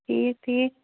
ٹھیٖک ٹھیٖک